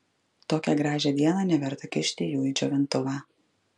tokią gražią dieną neverta kišti jų į džiovintuvą